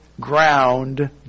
ground